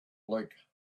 like